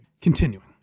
continuing